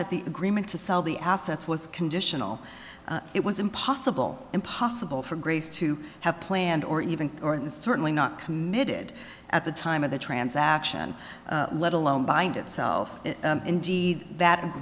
that the agreement to sell the assets was conditional it was impossible impossible for grace to have planned or even or and certainly not committed at the time of the transaction let alone by itself indeed that a